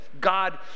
God